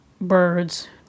birds